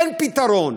אין פתרון,